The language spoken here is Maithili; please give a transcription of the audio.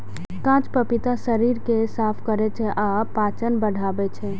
कांच पपीता शरीर कें साफ करै छै आ पाचन बढ़ाबै छै